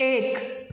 एक